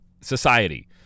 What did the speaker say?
society